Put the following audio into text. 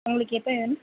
உங்களுக்கு எப்போ வேணும்